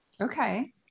Okay